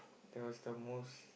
that was the most